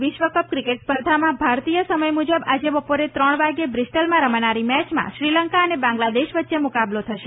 વિશ્વકપ ક્રિક્ટ સ્પર્ધામાં ભારતીય સમય મુજબ આજે બપોરે ત્રણ વાગે બ્રિસ્ટલમાં રમાનારી મેચમાં શ્રીલંકા અને બાંગ્લાદેશ વચ્ચે મુકાબલો થશે